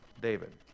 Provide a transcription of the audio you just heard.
David